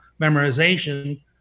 memorization